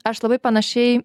aš labai panašiai